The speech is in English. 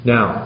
Now